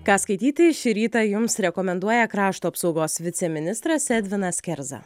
ką skaityti šį rytą jums rekomenduoja krašto apsaugos viceministras edvinas kerza